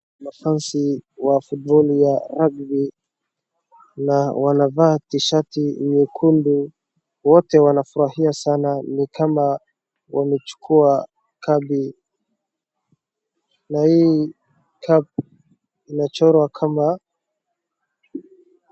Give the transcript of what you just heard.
Ma fans wa footbali wa rugby na wanavaa tishati nyekundu wote wanafurahia sana ni kama wamechukua cup na hii cup imechorwa kama[.]